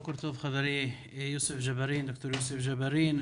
בוקר טוב לחברי דוקטור יוסף ג'בארין.